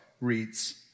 reads